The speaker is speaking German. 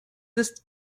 ist